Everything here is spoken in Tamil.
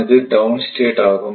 இது டவுன் ஸ்டேட் ஆகும்